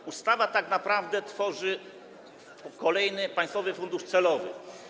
Ta ustawa tak naprawdę tworzy kolejny państwowy fundusz celowy.